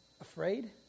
afraid